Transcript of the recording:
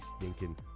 stinking